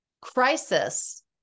Crisis